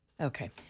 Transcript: Okay